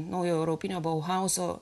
naujo europinio bauhauzo